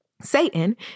Satan